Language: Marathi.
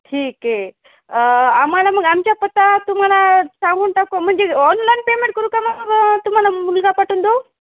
ठीक आहे आम्हाला मग आमच्या पत्ता तुम्हाला सांगून टाकू म्हणजे ऑनलाईन पेमेंट करू का मग तुम्हाला मुलगा पाठवून देऊ